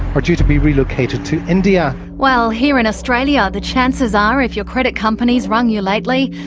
are due to be relocated to india. well, here in australia, the chances are if your credit company's rung you lately,